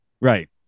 Right